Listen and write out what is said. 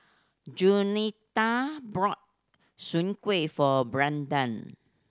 Juanita bought soon kway for Branden